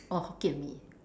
orh Hokkien Mee